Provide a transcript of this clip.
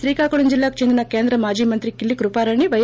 శ్రీకాకుళం కు చెందిన కేంద్ర మాజీ మంత్రి కిల్లి కృపారాణి పై